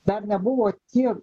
dar nebuvo tiek